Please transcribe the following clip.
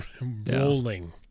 Rolling